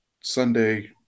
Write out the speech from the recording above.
Sunday